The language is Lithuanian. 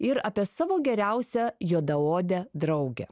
ir apie savo geriausią juodaodę draugę